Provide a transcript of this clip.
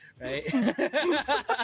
Right